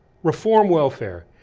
reform welfare,